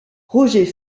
roger